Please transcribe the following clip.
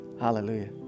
Hallelujah